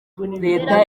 leta